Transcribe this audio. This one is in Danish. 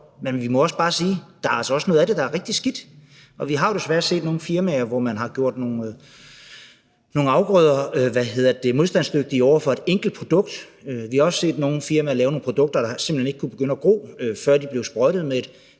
men vi må også bare sige, at der altså er noget af det, der er rigtig skidt. Vi har jo desværre set nogle firmaer, som har gjort nogle afgrøder modstandsdygtige over for et enkelt produkt. Vi har også set nogle firmaer lave nogle afgrøder, der simpelt hen ikke kunne begynde at gro, før de blev sprøjtet med et